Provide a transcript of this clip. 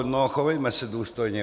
No, chovejme se důstojně.